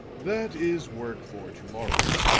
that is work for to-morrow.